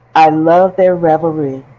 i love their revelry.